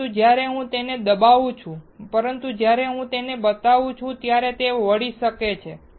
પરંતુ જ્યારે હું તેને દબાવું છું પરંતુ જ્યારે હું તેને દબાવું છું ત્યારે તે વળી શકે છે